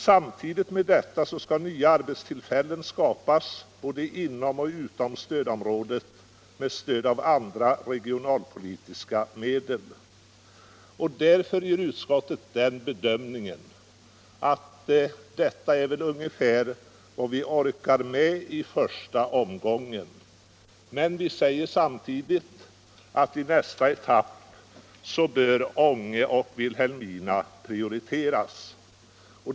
Samtidigt med detta skall nya arbetstillfällen skapas både inom och utom stödområdet med hjälp av andra regionalpolitiska medel. Därför gör utskottet den bedömningen att detta är ungefär vad vi orkar med i första omgången, men vi säger samtidigt att i nästa etapp bör Ånge och Vilhelmina prioriteras.